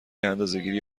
اندازهگیری